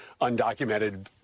undocumented